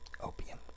Opium